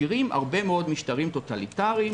אנחנו מכירים הרבה מאוד משטרים טוטליטריים,